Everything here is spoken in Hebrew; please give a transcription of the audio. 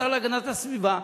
השר להגנת הסביבה,